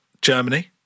Germany